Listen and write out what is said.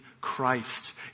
Christ